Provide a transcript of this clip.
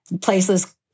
places